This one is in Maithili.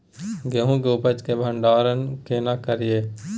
गेहूं के उपज के भंडारन केना करियै?